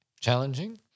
challenging